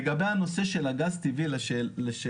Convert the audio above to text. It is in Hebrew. לגבי נושא הגז הטבעי לשאלתכם,